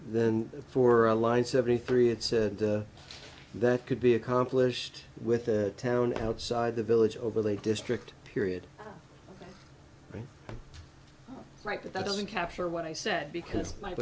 then for a line seventy three and said that could be accomplished with the town outside the village overlay district period right but that doesn't capture what i said because my